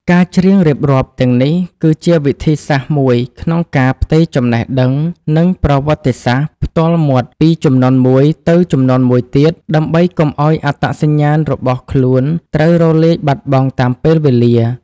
ការច្រៀងរៀបរាប់ទាំងនេះ គឺជាវិធីសាស្ត្រមួយក្នុងការផ្ទេរចំណេះដឹង និងប្រវត្តិសាស្ត្រផ្ទាល់មាត់ពីជំនាន់មួយទៅជំនាន់មួយទៀត ដើម្បីកុំឱ្យអត្តសញ្ញាណរបស់ខ្លួនត្រូវរលាយបាត់បង់តាមពេលវេលា។